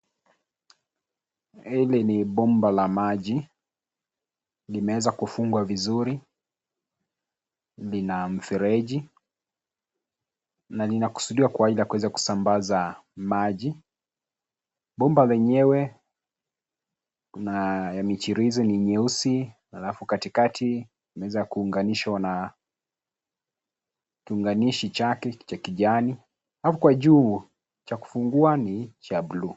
Hili ni bomba la maji limeweza kufungwa vizuri. Lina mfereji, na lina kusudiwa kwaajili kuweza kusambaza maji. Bomba lenyewe kuna ya michirizi no nyeusi alafu kati kati imeweza kuunganishwa na kiunganishi chake cha kijani. Alafu kwa juu, cha kufungua ni cha bluu.